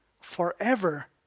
forever